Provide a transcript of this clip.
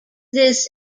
this